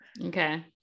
Okay